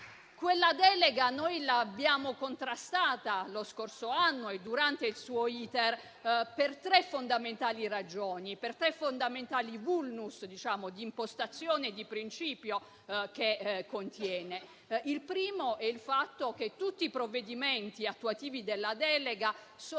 Quella delega noi l'abbiamo contrastata lo scorso anno e durante il suo *iter*, per tre fondamentali ragioni, per tre fondamentali *vulnus* di impostazione e di principio che contiene. Il primo è il fatto che tutti i provvedimenti attuativi della delega